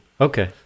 Okay